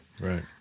Right